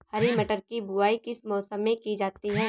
हरी मटर की बुवाई किस मौसम में की जाती है?